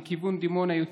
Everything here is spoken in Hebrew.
יותר בכיוון דימונה.